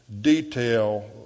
detail